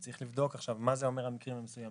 וצריך לבדוק עכשיו מה אלה המקרים המסוימים,